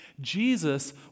Jesus